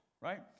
right